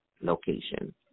location